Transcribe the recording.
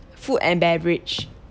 food and beverage